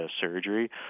surgery